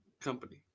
company